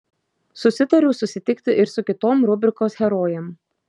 susitariau susitikti ir su kitom rubrikos herojėm